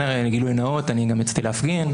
שנית,